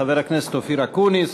חבר הכנסת אופיר אקוניס,